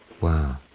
Wow